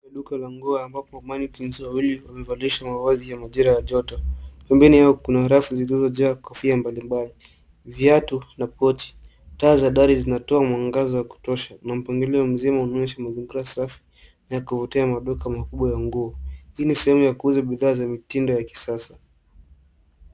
Duka la nguo ambapo mannequins wawili wamevalishwa mavazi ya majira ya joto. Pembeni kuna rafu zilizojaa kofia mbalimbali, viatu na pochi. Taa za dari zinatoa mwangaza wa kutosha na mpangilio mzuri unaonyesha duka safi la kuvutia maduka makubwa ya nguo. Hii ni sehemu ya kuuza bidhaa za mitindo ya kisasa.